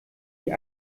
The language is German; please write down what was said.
die